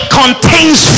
contains